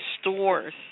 stores